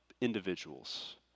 individuals